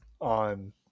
on